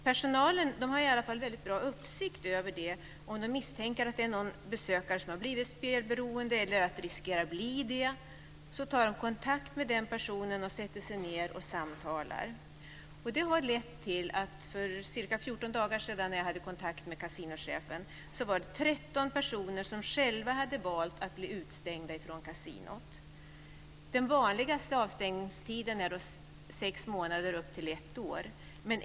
Personalen har emellertid uppsikt över detta, och om de misstänker att någon besökare har blivit spelberoende eller riskerar att bli det, tar de kontakt med den personen och sätter sig ned och samtalar. Jag hade för ca 14 dagar sedan kontakt med kasinochefen, och jag fick då höra att detta hade lett till att 13 personer själva hade valt att bli utestängda från kasinot. Den vanligaste avstängningstiden var från sex månader och upp till ett år.